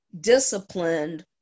disciplined